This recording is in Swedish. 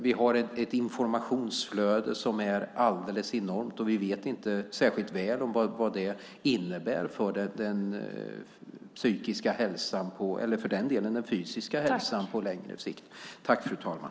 Vi har ett informationsflöde som är alldeles enormt. Vi vet inte särskilt väl vad det på längre sikt innebär för den psykiska eller fysiska hälsan.